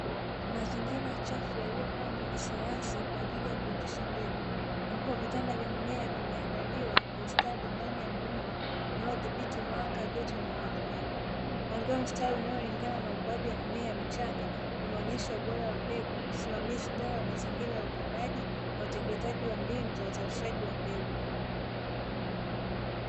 Mazingira chafu yaliyopangwa kisayansi kwa ajili ya kuotesha mbegu, ambapo vitanda vya mimea vimeandaliwa kwa ustadi ndani ya muundo unaodhibiti mwanga, joto na unyevunyevu. Mpangilio wa mstari unaolingana na ukuaji wa mimea michanga, unaonyesha ubora wa mbegu, usimamizi bora wa mazingira ya upandaji, na utekelezaji wa mbinu za uzalishaji wa mbegu.